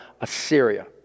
Assyria